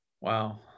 Wow